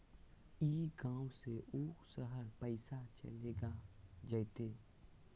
ई गांव से ऊ शहर पैसा चलेगा जयते?